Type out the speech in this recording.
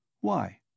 Why